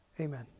amen